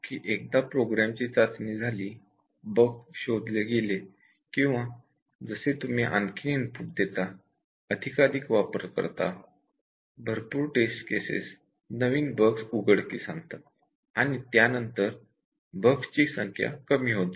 एकदा प्रोग्रामची टेस्टिंग झाली बग्स शोधले गेले कि त्यानंतर तुम्ही जसे आणखी इनपुट देता प्रोग्रामचा अधिकाधिक वापर करता भरपूर टेस्ट केसेस द्वारे टेस्टिंग करता तेव्हा नवीन बग्स उघडकीस येतात आणि मग हळूहळू बग्सची संख्या कमी होत जाते